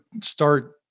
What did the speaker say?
start